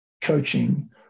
coaching